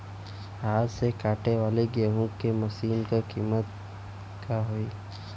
हाथ से कांटेवाली गेहूँ के मशीन क का कीमत होई?